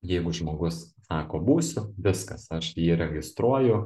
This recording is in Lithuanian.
jeigu žmogus sako būsiu viskas aš jį registruoju